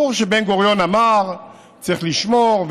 ברור שבן-גוריון אמר: צריך לשמור,